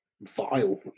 vile